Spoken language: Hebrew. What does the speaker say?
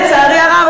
לצערי הרב,